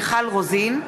מיכל רוזין,